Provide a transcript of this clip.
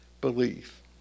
belief